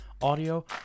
audio